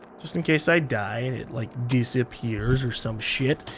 just in case i die and it like disappears or some shit.